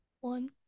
One